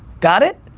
got it?